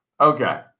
Okay